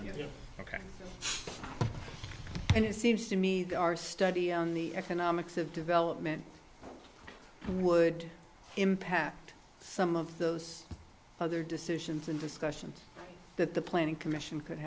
of your ok and it seems to me that our study on the economics of development would impact some of those other decisions and discussions that the planning commission could